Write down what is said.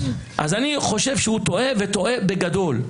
אני חושב שהוא טועה, וטועה בגדול.